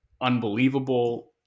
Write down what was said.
unbelievable